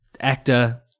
actor –